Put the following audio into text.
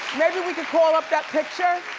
maybe we call up that picture?